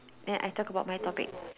then I talk about my topic